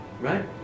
right